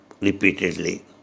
repeatedly